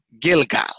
Gilgal